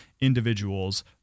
individuals